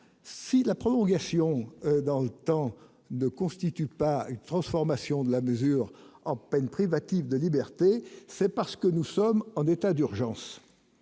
si la prolongation dans le temps ne constitue pas une transformation de la mesure en peine privative de liberté, c'est parce que nous sommes en état d'urgence,